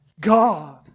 God